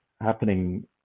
happening